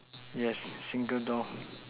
yes finger dolls